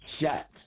shut